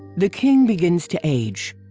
the king begins to age,